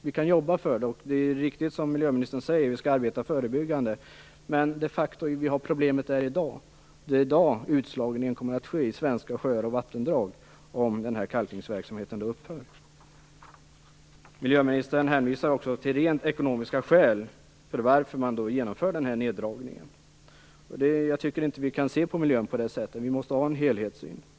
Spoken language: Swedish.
Vi kan jobba för det, och det är riktigt som miljöministern säger att vi skall arbeta förebyggande, men vi har de facto problemet här i dag. Det är i dag utslagningen kommer att ske i svenska sjöar och vattendrag om kalkningsverksamheten upphör. Miljöministern hänvisar också till rent ekonomiska skäl till att man genomför denna neddragning. Jag tycker inte att vi kan se på miljön på det sättet. Vi måste ha en helhetssyn.